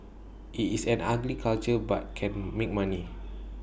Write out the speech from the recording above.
IT is an ugly culture but can make money